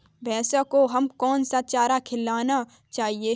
भैंसों को हमें कौन सा चारा खिलाना चाहिए?